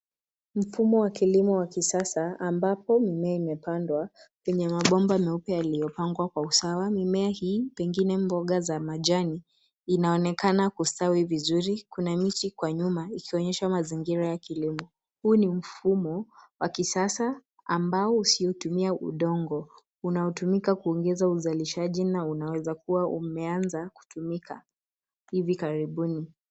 Shamba la kilimo la kisasa ambapo mimea imepandwa kwa mistari na kwa usawa, baadhi ikiwa ni mboga za majani. Mimea hii inaonekana kustawi vizuri, na kuna miti kwa nyuma inayozunguka eneo la kilimo. Ni shamba la kisasa lisilotumia udongo